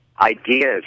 ideas